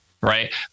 right